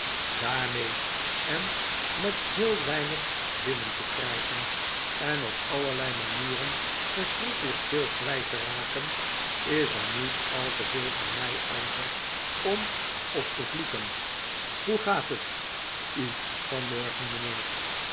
daarmee en met heel weinig binnen te krijgen en op allerlei manieren verschrikkelijk veel kwijt te raken is er niet al te veel van mij over om op te vloeken hoegaat het u vanmorgen mijnheer